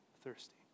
thirsty